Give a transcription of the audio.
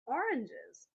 oranges